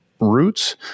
roots